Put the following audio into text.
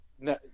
no